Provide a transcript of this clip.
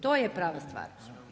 To je prava stvar.